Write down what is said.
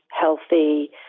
healthy